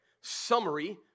summary